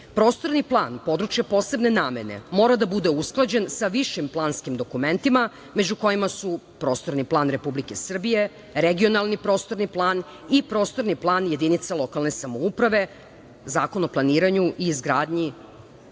namene. Prostorni plan područja posebne namene mora da bude usklađen sa višim planskim dokumentima, među kojima su Prostorni plan Republike Srbije, Regionalni prostorni plan i Prostorni plan jedinica lokalne samouprave, Zakon o planiranju i izgradnji.